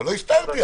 ולא הסתרתי,